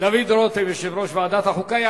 דוד רותם, יושב-ראש ועדת החוקה.